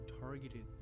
targeted